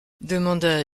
demanda